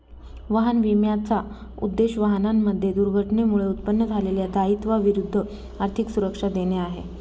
वाहन विम्याचा उद्देश, वाहनांमध्ये दुर्घटनेमुळे उत्पन्न झालेल्या दायित्वा विरुद्ध आर्थिक सुरक्षा देणे आहे